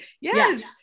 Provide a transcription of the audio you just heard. Yes